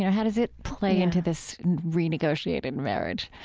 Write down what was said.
how does it play into this renegotiated marriage?